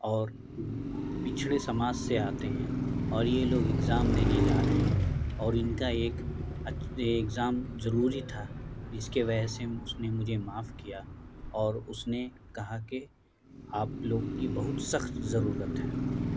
اور پچھڑے سماج سے آتے ہیں اور یہ لوگ ایگزام دینے جا رہے ہیں اور ان کا ایک ایگزام ضروری تھا جس کے وجہ سے اس نے مجھے معاف کیا اور اس نے کہا کہ آپ لوگ کی بہت سخت ضرورت ہے